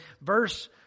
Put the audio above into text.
verse